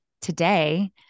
today